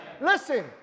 Listen